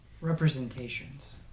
representations